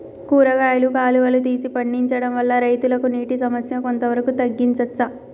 కూరగాయలు కాలువలు తీసి పండించడం వల్ల రైతులకు నీటి సమస్య కొంత వరకు తగ్గించచ్చా?